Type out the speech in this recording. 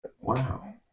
Wow